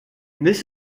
this